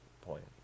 point